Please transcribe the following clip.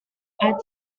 are